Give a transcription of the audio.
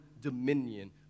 dominion